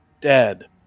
dead